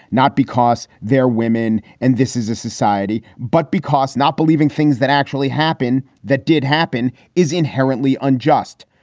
not because they're women and this is a society, but because not believing things that actually happen, that did happen is inherently unjust.